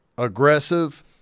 Aggressive